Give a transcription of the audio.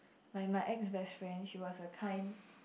like my ex best friend she was a kind